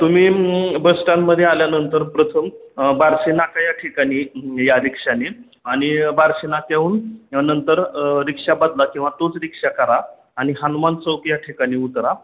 तुम्ही बस स्टँडमध्ये आल्यानंतर प्रथम बारशिनाका या ठिकाणी या रिक्षानी आणि बारशिनाका येऊन नंतर रिक्षा बदला किंवा तोच रिक्षा करा आणि हनुमान चौक या ठिकाणी उतरा